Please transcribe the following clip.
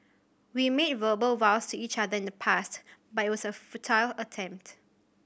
we made verbal vows to each other in the past but it was a futile attempt